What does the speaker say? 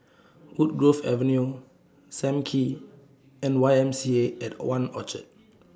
Woodgrove Avenue SAM Kee and Y M C A At one Orchard